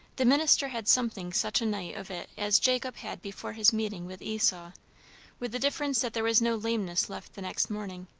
the minister had something such a night of it as jacob had before his meeting with esau with the difference that there was no lameness left the next morning.